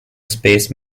space